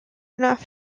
enough